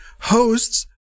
hosts